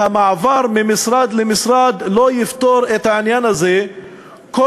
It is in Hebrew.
והמעבר ממשרד למשרד לא יפתור את העניין הזה כל